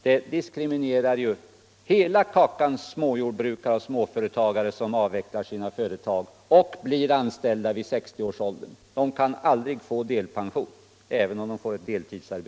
Det diskriminerar hela gruppen småjordbrukare och småföretagare som avvecklar sina företag och blir anställda i 60-årsåldern. Även om de får deltidsarbete kan de aldrig få delpension.